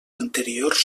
anteriors